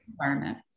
environment